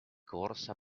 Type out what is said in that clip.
corsa